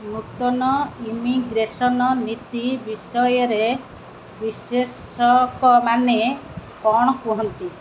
ନୂତନ ଇମିଗ୍ରେସନ ନୀତି ବିଷୟରେ ବିଶ୍ଳେଷକମାନେ କ'ଣ କୁହନ୍ତି